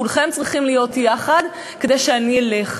כולכם צריכים להיות יחד כדי שאני אלך.